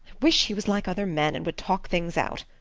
wish he was like other men and would talk things out.